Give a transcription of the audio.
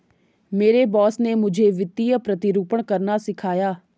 मेरे बॉस ने मुझे वित्तीय प्रतिरूपण करना सिखाया